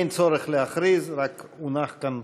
אין צורך להכריז, רק הונח כאן